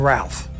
Ralph